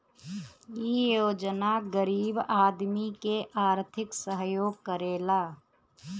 इ योजना गरीब आदमी के आर्थिक सहयोग करेला